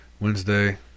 Wednesday